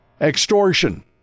extortion